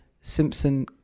Simpson